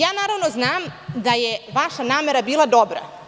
Naravno, znam da je vaša namera bila dobra.